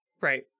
Right